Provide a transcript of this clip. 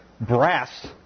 brass